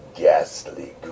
ghastly